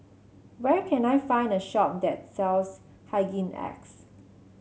where can I find a shop that sells Hygin X